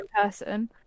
person